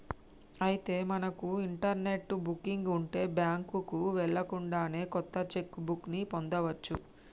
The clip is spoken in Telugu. అయితే మనకు ఇంటర్నెట్ బుకింగ్ ఉంటే బ్యాంకుకు వెళ్ళకుండానే కొత్త చెక్ బుక్ ని పొందవచ్చు